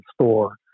store